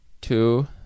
two